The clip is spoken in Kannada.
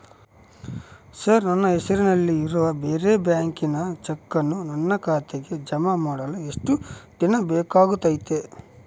ಸರ್ ನನ್ನ ಹೆಸರಲ್ಲಿ ಇರುವ ಬೇರೆ ಬ್ಯಾಂಕಿನ ಚೆಕ್ಕನ್ನು ನನ್ನ ಖಾತೆಗೆ ಜಮಾ ಮಾಡಲು ಎಷ್ಟು ದಿನ ಬೇಕಾಗುತೈತಿ?